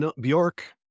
Bjork